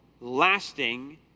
lasting